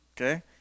Okay